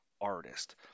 artist